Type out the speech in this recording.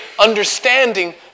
understanding